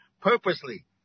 purposely